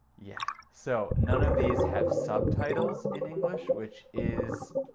yeah. so, none of these have subtitles in english, which is.